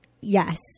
Yes